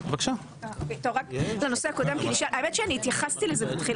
האמת שהתייחסתי לזה בתחילת